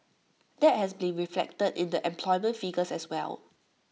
that has been reflected in the employment figures as well